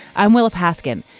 i'm willa paskin.